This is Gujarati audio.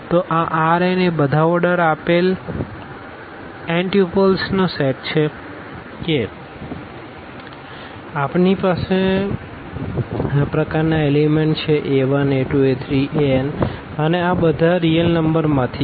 તો આ R n એ આ બધા ઓર્ડર આપેલ એન ટ્યુપ્લ્સનો સેટ છે કે આપણી પાસે આ પ્રકારનાં એલીમેન્ટ છે a 1 a 2 a 3 a n અને આ બધા જે રીઅલ નંબરમાંથી છે